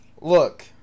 Look